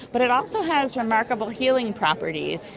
but it also has remarkable healing properties.